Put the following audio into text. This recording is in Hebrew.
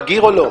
בגיר או לא.